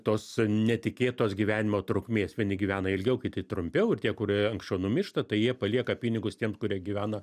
tos netikėtos gyvenimo trukmės vieni gyvena ilgiau kiti trumpiau ir tie kurie anksčiau numiršta tai jie palieka pinigus tiems kurie gyvena